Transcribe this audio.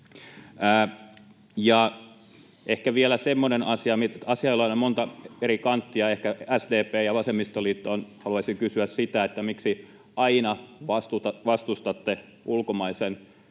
Ehkä vielä semmoinen asia, että asioilla on aina monta eri kanttia. SDP ja vasemmistoliitto, haluaisin kysyä sitä, miksi aina vastustatte ulkomaisen